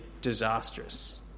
disastrous